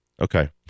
Okay